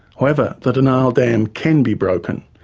however, the denial dam can be broken,